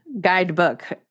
guidebook